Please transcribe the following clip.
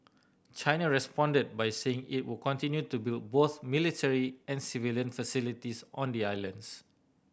China responded by saying it would continue to build both military and civilian facilities on the islands